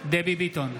דבי ביטון,